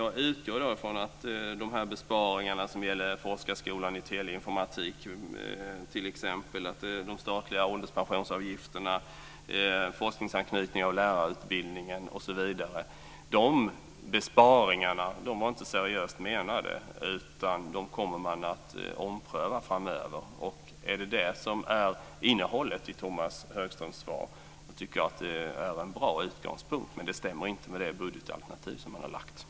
Jag utgår från att de besparingarna - som t.ex. gäller forskarskolan i teleinformatik, de statliga ålderspensionsavgifterna, forskningsanknytningen av lärarutbildningen osv. - inte var seriöst menade, utan att man kommer att ompröva dem framöver. Är detta innehållet i Tomas Högströms svar är det en bra utgångspunkt. Men det stämmer inte med det budgetalternativ som Moderaterna har lagt fram.